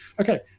okay